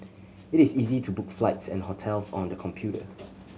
it is easy to book flights and hotels on the computer